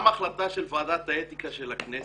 גם ההחלטה של ועדת האתיקה של הכנסת